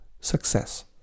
success